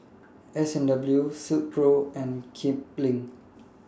S and W Silkpro and Kipling